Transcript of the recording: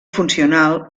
funcional